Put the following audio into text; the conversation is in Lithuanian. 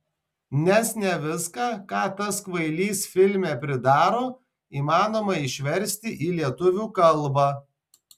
nes ne viską ką tas kvailys filme pridaro įmanoma išversti į lietuvių kalbą